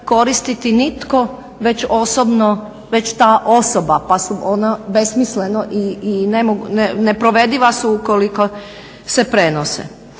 koristiti nitko već osobno već ta osoba, pa su ona besmisleno i nepovrediva su ukoliko se prenose.